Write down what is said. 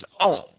own